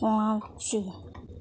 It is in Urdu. پانچ